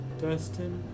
Dustin